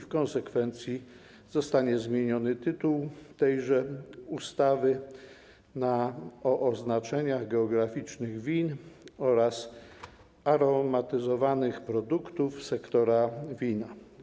W konsekwencji zostanie zmieniony tytuł tejże ustawy - na „ustawa o oznaczeniach geograficznych win oraz aromatyzowanych produktów sektora wina”